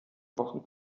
wochen